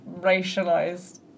racialized